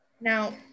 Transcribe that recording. Now